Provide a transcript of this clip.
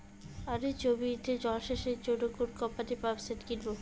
আলুর জমিতে জল সেচের জন্য কোন কোম্পানির পাম্পসেট কিনব?